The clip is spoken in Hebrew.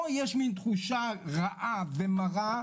פה יש מין תחושה רעה ומרה,